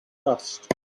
dust